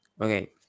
Okay